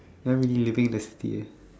then we living the steer